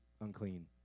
unclean